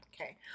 Okay